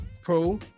pro